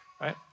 right